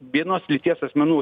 vienos lyties asmenų